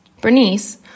Bernice